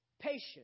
patience